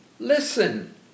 Listen